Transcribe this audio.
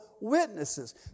witnesses